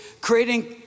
creating